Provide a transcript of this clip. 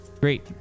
great